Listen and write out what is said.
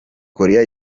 korea